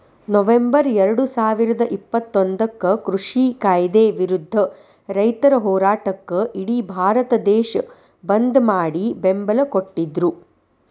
November ಎರಡುಸಾವಿರದ ಇಪ್ಪತ್ತೊಂದಕ್ಕ ಕೃಷಿ ಕಾಯ್ದೆ ವಿರುದ್ಧ ರೈತರ ಹೋರಾಟಕ್ಕ ಇಡಿ ಭಾರತ ದೇಶ ಬಂದ್ ಮಾಡಿ ಬೆಂಬಲ ಕೊಟ್ಟಿದ್ರು